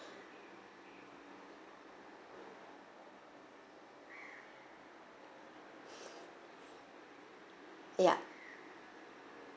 yup